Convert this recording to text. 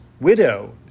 widow